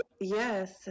Yes